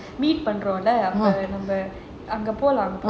பண்றோள்ள அப்போ நம்ம அங்க போலாம்:pandrolla appo namma anga polaam